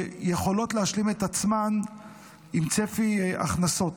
ויכולים להשלים את עצמם עם צפי הכנסות.